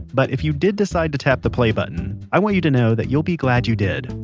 but if you did decide to tap the play button, i want you to know that you'll be glad you did.